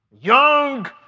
Young